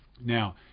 now